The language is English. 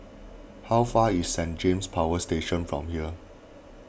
how far is Saint James Power Station from here